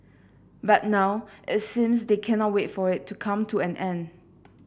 but now it seems they cannot wait for it to come to an end